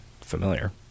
familiar